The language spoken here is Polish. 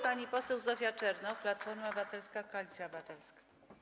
Pani poseł Zofia Czernow, Platforma Obywatelska - Koalicja Obywatelska.